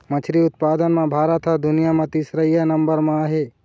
मछरी उत्पादन म भारत ह दुनिया म तीसरइया नंबर म आहे